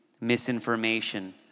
misinformation